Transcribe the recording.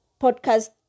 podcast